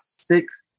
six